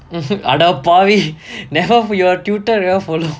அடப்பாவி:adappaavi never for your Twitter careful